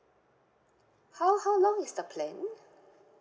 how how long is the plan